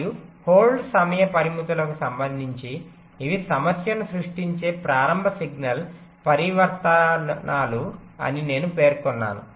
మరియు హోల్డ్ సమయ పరిమితులకు సంబంధించి ఇవి సమస్యను సృష్టించే ప్రారంభ సిగ్నల్ పరివర్తనాలు అని నేను పేర్కొన్నాను